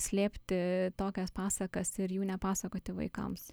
slėpti tokias pasakas ir jų nepasakoti vaikams